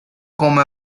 come